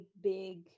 big